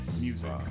music